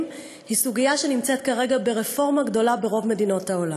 היא סוגיה שנמצאת כרגע ברפורמה גדולה ברוב מדינות העולם.